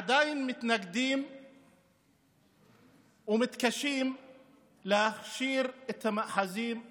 עדיין מתנגדים ומתקשים להכשיר את המאחזים האלה,